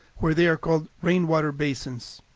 where they are called rainwater basins.